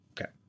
Okay